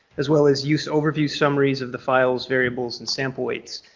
as well as use overview summaries of the files, variables, and sample weights.